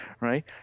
right